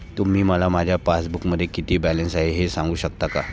तुम्ही मला माझ्या पासबूकमध्ये किती बॅलन्स आहे हे सांगू शकता का?